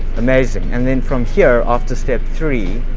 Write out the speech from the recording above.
amazing, and then from here off to step three,